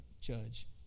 judge